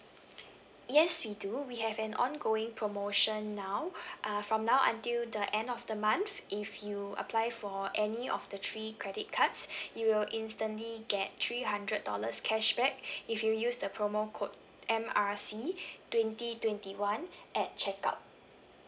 yes we do we have an ongoing promotion now uh from now until the end of the month if you apply for any of the three credit cards you will instantly get three hundred dollars cashback if you use the promo code M R C twenty twenty one at check out